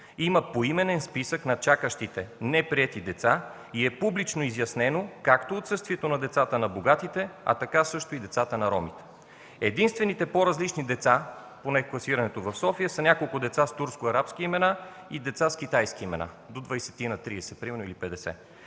Има поименен списък на чакащите неприети деца и е публично изяснено както отсъствието на децата на богатите, а така също и децата на ромите. Единствените по-различни деца поне в класирането в София са няколкото деца от турско-арабски имена и деца с китайски имена – до 20-30 или до 50.